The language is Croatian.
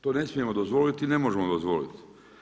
To ne smijemo dozvoliti i ne možemo dozvoliti.